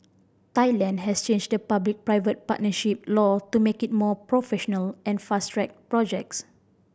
Thailand has changed the public private partnership law to make it more professional and fast track projects